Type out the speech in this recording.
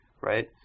right